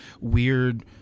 weird